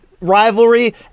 rivalry